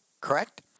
Correct